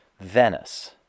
Venice